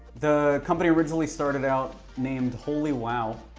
the company originally started out named holy wow.